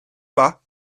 pas